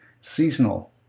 seasonal